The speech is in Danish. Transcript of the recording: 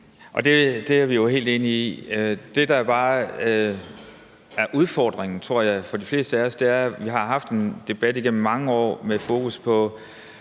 Det er vi jo helt enige i. Det, der bare er udfordringen, tror jeg, for de fleste af os, er, at vi har haft en debat igennem mange år med fokus på